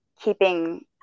keeping